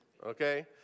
Okay